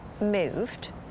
moved